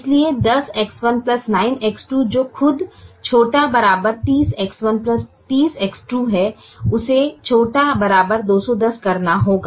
इसलिए 10X1 9X2 जो खुद ≤ 30X1 30X2 है उसे ≤ 210 करना होगा